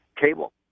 cable